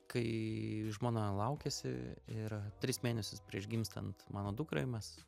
kai žmona laukėsi ir tris mėnesius prieš gimstant mano dukrai mes